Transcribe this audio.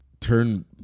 turn